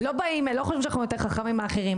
לא חושבים שאנחנו יותר חכמים מאחרים,